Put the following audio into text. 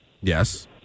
Yes